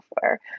software